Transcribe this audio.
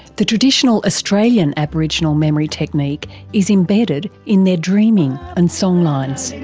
the traditional australian aboriginal memory technique is embedded in their dreaming and songlines.